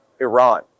Iran